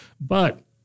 but-